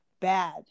bad